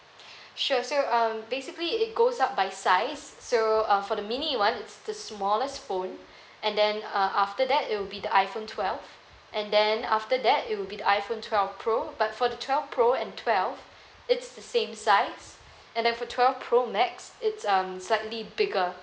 sure so uh basically it goes up by size so uh for the mini one it's the smallest phone and then uh after that it will be the iphone twelve and then after that it will be the iphone twelve pro but for twelve pro and twelve it's the same size and then for twelve pro max it's um slightly bigger